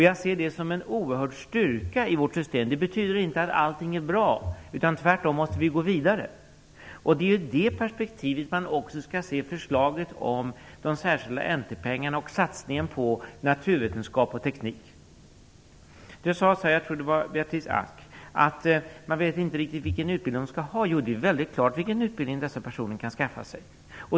Jag ser det som en oerhörd styrka i vårt system. Det betyder inte att allting är bra, utan tvärtom måste vi gå vidare. Det är i det perspektivet man också skall se förslaget om de särskilda N/T-pengarna och satsningen på naturvetenskap och teknik. Beatrice Ask sade att man inte riktigt vet vilken utbildning dessa personer bör ha. Jo, det är väldigt klart vilken utbildning de kan skaffa sig.